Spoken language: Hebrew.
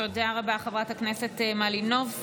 תודה רבה, חברת הכנסת מלינובסקי.